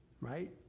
right